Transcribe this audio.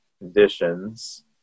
conditions